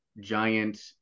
giant